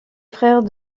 frère